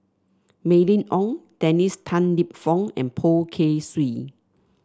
Mylene Ong Dennis Tan Lip Fong and Poh Kay Swee